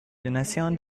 nation